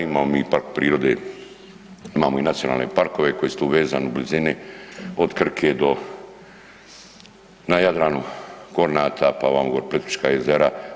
Imamo mi park prirode, imamo i nacionalne parkove koji su tu vezani u blizini od Krke do na Jadranu Kornata, pa ovako gore Plitvička jezera.